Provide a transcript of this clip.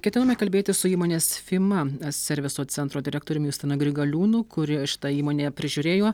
ketinome kalbėtis su įmonės fima serviso centro direktoriumi justinu grigaliūnu kuri šita įmonė prižiūrėjo